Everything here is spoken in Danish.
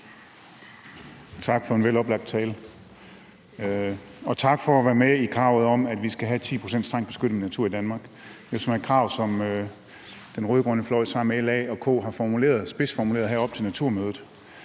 Tak for en veloplagt tale. Og tak for at være med i kravet om, at vi skal have 10 pct. strengt beskyttet natur i Danmark. Det er et krav, som den rød-grønne fløj sammen med LA og K har spidsformuleret her op til Naturmødet.